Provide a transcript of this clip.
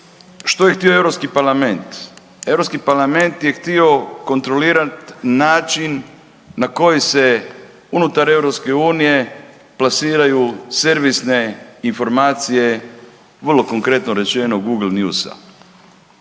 što je htio EU parlament? EU parlament je htio kontrolirati način na koji se unutar EU plasiraju servisne informacije vrlo konkretno rečeno, Google newsa.